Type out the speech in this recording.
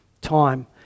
time